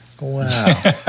Wow